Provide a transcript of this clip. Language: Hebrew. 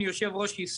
אני יושב-ראש איסו"ל,